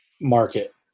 market